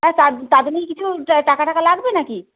তা তা তার জন্যে কি কিছু টা টাকা ঠাকা লাগবে নাকি